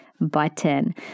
button